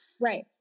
Right